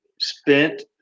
spent